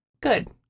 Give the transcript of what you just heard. Good